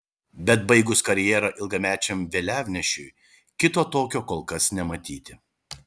bet baigus karjerą ilgamečiam vėliavnešiui kito tokio kol kas nematyti